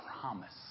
promise